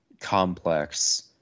complex